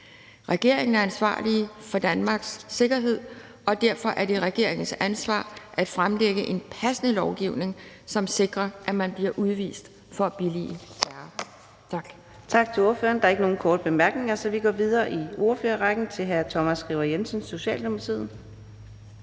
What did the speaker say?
Regeringen er ansvarlig for Danmarks sikkerhed, og derfor er det regeringens ansvar at fremlægge en passende lovgivning, som sikrer, at man bliver udvist for at billige terror.« (Forslag til vedtagelse nr. V 52). Kl. 16:16 Fjerde næstformand (Karina Adsbøl): Tak til ordføreren. Der er ikke nogen korte bemærkninger, så vi går videre i ordførerrækken til hr. Thomas Skriver Jensen, Socialdemokratiet.